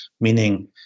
meaning